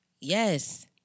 Yes